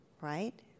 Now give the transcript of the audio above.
right